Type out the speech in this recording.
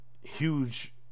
huge